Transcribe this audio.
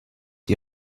die